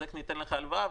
אז איך ניתן לך הלוואה,